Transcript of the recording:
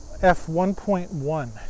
f1.1